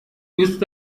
دوست